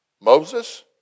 Moses